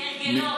כהרגלו.